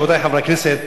רבותי חברי הכנסת,